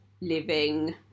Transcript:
living